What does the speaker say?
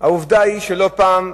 העובדה היא שלא פעם,